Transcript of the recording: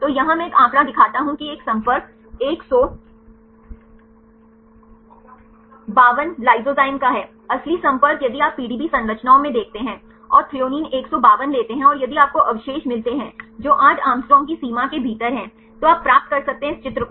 तो यहां मैं एक आंकड़ा दिखाता हूं कि यह एक संपर्क 152 लाइसोजाइम का है असली संपर्क यदि आप पीडीबी संरचना में देखते हैं और थ्रेओनीन 152 लेते हैं और यदि आपको अवशेष मिलते हैं जो 8 Å की सीमा के भीतर हैं तो आप प्राप्त कर सकते हैं इस चित्र को